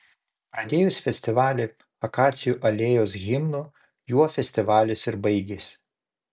pradėjus festivalį akacijų alėjos himnu juo festivalis ir baigėsi